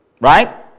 Right